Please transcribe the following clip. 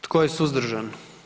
Tko je suzdržan?